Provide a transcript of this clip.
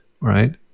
right